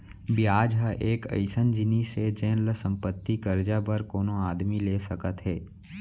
बियाज ह एक अइसन जिनिस हे जेन ल संपत्ति, करजा बर कोनो आदमी ले सकत हें